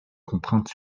contraintes